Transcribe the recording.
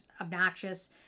obnoxious